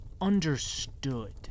understood